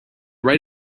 write